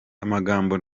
amagambo